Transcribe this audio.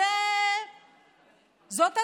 זאת הדת,